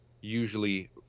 usually